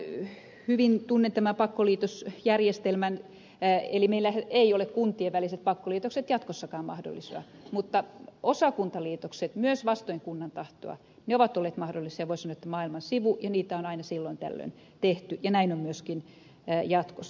kyllä hyvin tunnen tämän pakkoliitosjärjestelmän eli meillä eivät ole kuntien väliset pakkoliitokset jatkossakaan mahdollisia mutta osakuntaliitokset myös vastoin kunnan tahtoa ovat olleet mahdollisia voisi sanoa maailman sivun ja niitä on aina silloin tällöin tehty ja näin on myöskin jatkossa